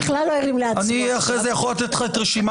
אני יכול אחרי כן לתת לך את רשימת